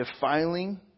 defiling